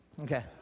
Okay